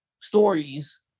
stories